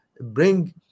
bring